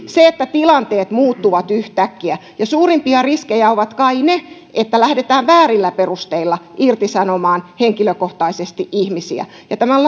se että tilanteet muuttuvat yhtäkkiä suurimpia riskejä ovat kai ne että lähdetään väärillä perusteilla irtisanomaan henkilökohtaisesti ihmisiä ja tämän